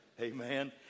Amen